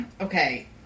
Okay